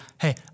hey